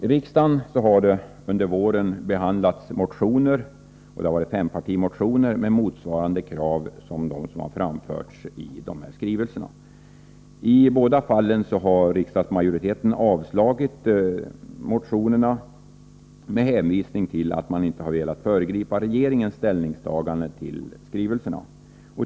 I riksdagen har under våren behandlats två fempartimotioner med motsvarande krav som de som framförs i de båda skrivelserna. I båda fallen har riksdagsmajoriteten avslagit motionerna, med hänvisning till att man inte velat föregripa regeringens ställningstagande till skrivelserna.